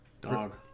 Dog